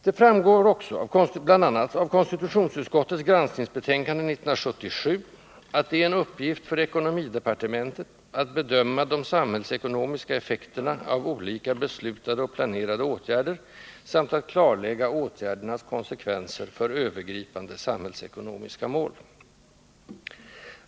Det framgår också bl.a. av konstitutionsutskottets granskningsbetänkande 1977 att det är en uppgift för ekonomidepartementet att ”bedöma de samhällsekonomiska effekterna av olika beslutade och planerade åtgärder samt att klarlägga åtgärdernas konsekvenser för övergripande samhällsekonomiska mål”.